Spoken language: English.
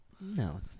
No